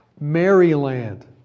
Maryland